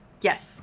Yes